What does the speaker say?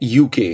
UK